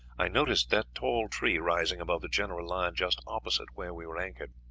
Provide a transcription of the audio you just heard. i noticed that tall tree rising above the general line just opposite where we were anchored.